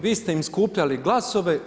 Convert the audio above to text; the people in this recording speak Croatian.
Vi ste im skupljali glasove.